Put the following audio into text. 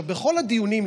בכל הדיונים,